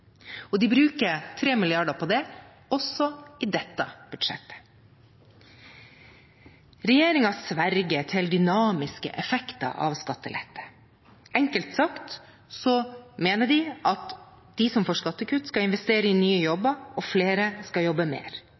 Og de bruker 3 mrd. kr på det, også i dette budsjettet. Regjeringen sverger til dynamiske effekter av skattelette. Enkelt sagt mener de at de som får skattekutt, skal investere i nye jobber, og flere skal jobbe mer.